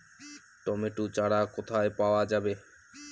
Tomato চারা কোথায় পাওয়া যাবে?